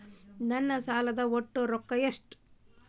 ನನ್ನ ಸಾಲದ ಒಟ್ಟ ರೊಕ್ಕ ಎಷ್ಟು?